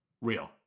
Real